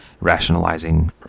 rationalizing